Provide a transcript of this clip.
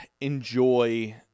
enjoy